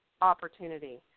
opportunity